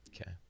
Okay